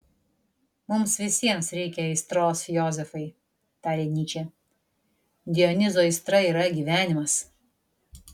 mums visiems reikia aistros jozefai tarė nyčė dionizo aistra yra gyvenimas